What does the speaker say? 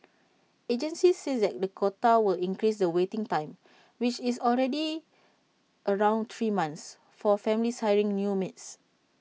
agencies said that the quota will increase the waiting time which is already around three months for families hiring new maids